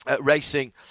Racing